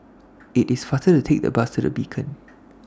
IT IS faster to Take The Bus to The Beacon